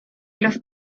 los